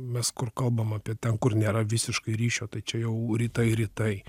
mes kur kalbam apie ten kur nėra visiškai ryšio tai čia jau rytai rytai